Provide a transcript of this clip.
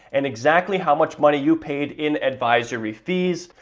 and exactly how much money you paid in advisory fees.